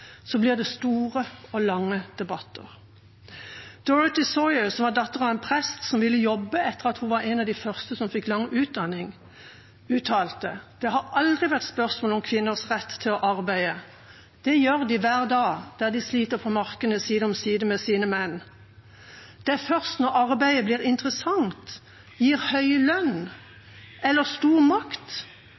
blir det store og lange debatter. Dorothy Sayers, som var datter av en prest, som ville jobbe etter at hun var en av de første som fikk lang utdanning, uttalte: Det har aldri vært spørsmål om kvinners rett til å arbeide. Det gjør de hver dag, der de sliter på markene side om side med sine menn. Det er først når arbeidet blir interessant, gir høy lønn eller stor makt,